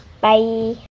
Bye